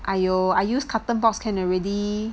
!aiyo! I use carton box can already